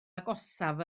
agosaf